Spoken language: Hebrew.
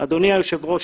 אדוני היושב ראש,